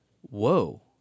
Whoa